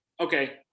Okay